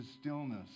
stillness